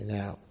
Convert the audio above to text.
now